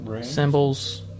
symbols